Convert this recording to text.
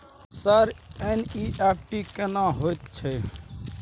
Sir NEFT केना होयत छै?